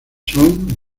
son